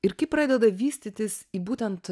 ir kai pradeda vystytis į būtent